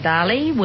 Dali